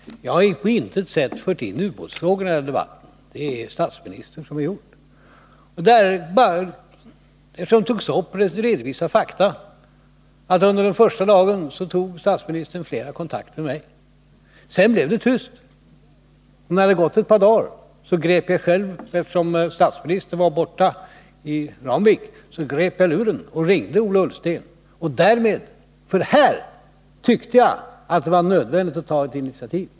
Herr talman! Jag har på intet sätt fört in ubåtsfrågorna i den här debatten. Det är statsministern som har gjort det, och eftersom saken drogs upp vill jag bara redovisa fakta, att under den första dagen tog statsministern flera kontakter med mig — sedan blev det tyst. När det hade gått ett par dagar grep jag själv — eftersom statsministern var uppe i Ramvik — luren och ringde Ola Ullsten, för här tyckte jag att det var nödvändigt med ett initiativ.